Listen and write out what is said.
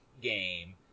game